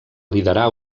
liderar